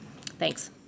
Thanks